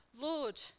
Lord